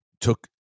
took